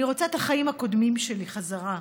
אני רוצה את החיים הקודמים שלי בחזרה,